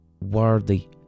worthy